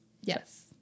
Yes